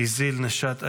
איזיל נשאת איוב,